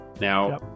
Now